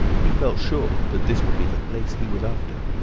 he felt sure that this would be the place he was after.